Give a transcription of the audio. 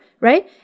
Right